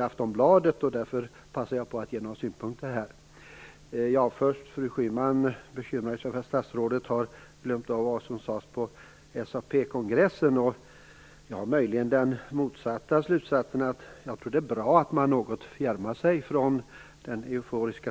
har så stor tilltro till den socialdemokratiska regeringen. Jag skall ta med mig detta. Men vi har tagit initiativ. Den arbetstidskommitté som arbetar är tillsatt på regeringens initiativ. Den arbetsrättkommission som arbetar är tillsatt på regeringens initiativ. Vi i det socialdemokratiska partiet tycker att detta är ett bra sätt att lösa stora och svåra problem.